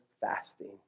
fasting